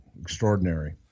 extraordinary